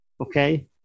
okay